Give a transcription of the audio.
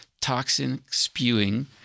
toxin-spewing